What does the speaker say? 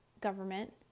government